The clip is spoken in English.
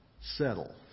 settle